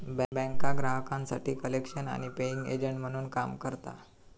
बँका ग्राहकांसाठी कलेक्शन आणि पेइंग एजंट म्हणून काम करता